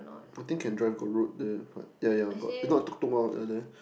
I think can drive got road there but ya ya got you know I talk to one of them there